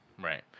right